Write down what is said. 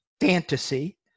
fantasy